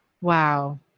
Wow